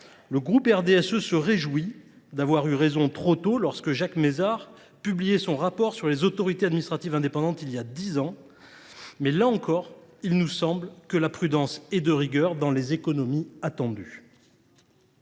Le groupe RDSE se réjouit d'avoir eu raison trop tôt lorsque Jacques Mézard publié son rapport sur les autorités administratives indépendantes il y a 10 ans. Mais là encore, il nous semble que la prudence est de rigueur dans les économies attendues.